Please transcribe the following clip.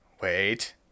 Wait